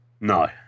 No